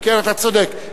אתה צודק.